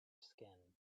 skin